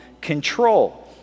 control